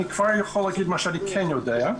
אני כבר יכול להגיד מה שאני כן יודע,